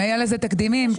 האם היה לזה תקדים בעבר?